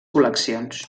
col·leccions